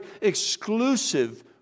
exclusive